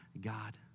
God